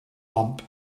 lamp